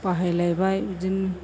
बाहायलायबाय बिदिनो